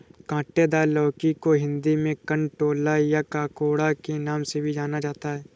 काँटेदार लौकी को हिंदी में कंटोला या ककोड़ा के नाम से भी जाना जाता है